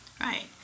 Right